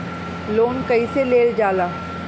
Loan कईसे लेल जाला?